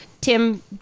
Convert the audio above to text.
Tim